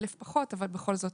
1,000 פחות אבל בכל זאת.